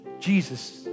Jesus